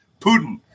Putin